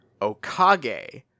Okage